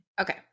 Okay